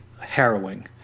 harrowing